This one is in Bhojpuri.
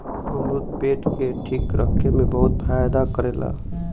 अमरुद पेट के ठीक रखे में बहुते फायदा करेला